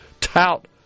tout